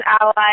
allies